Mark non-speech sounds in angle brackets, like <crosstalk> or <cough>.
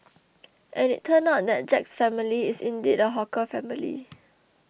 <noise> and it turned out that Jack's family is indeed a hawker family